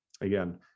Again